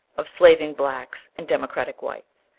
of slaving blacks and democratic whites,